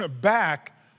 back